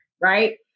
right